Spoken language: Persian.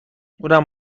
اونم